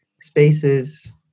spaces